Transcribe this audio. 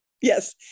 yes